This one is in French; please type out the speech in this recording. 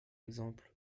exemple